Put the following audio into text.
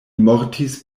mortis